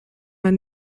man